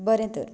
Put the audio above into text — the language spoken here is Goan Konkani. बरें तर